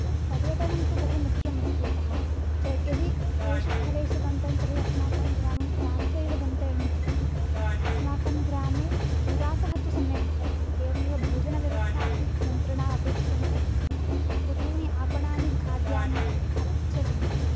पर्यटनं तु बहु मुख्यं अस्ति यतः यदि एषु स्थलेषु गन्तव्यं तर्हि अस्माकं ग्रामं क्रान्त्वा एव गन्तव्यम् इति कृत्वा अस्माकं ग्रामे निवासः तु सम्यक् भवति एवमेव भोजनव्यवस्था अपि गन्तॄणां अपेक्षितम् इति कृत्वा बहूनि आपणानि खाद्यानि अपि च सन्ति